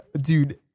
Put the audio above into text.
Dude